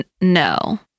No